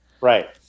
right